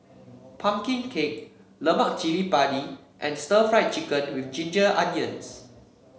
pumpkin cake Lemak Cili Padi and Stir Fried Chicken with Ginger Onions